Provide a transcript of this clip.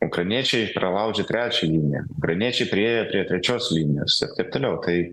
ukrainiečiai pralaužė trečią liniją ukrainiečiai priėjo prie trečios linijos ir taip toliau tai